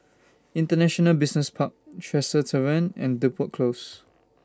International Business Park Tresor Tavern and Depot Close